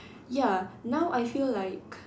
ya now I feel like